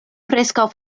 preskaŭ